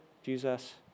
Jesus